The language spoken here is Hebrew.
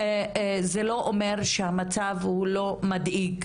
זה לא אומר שהמצב הוא לא מדאיג.